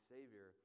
Savior